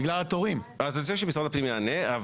על זה שמשרד הפנים יענה.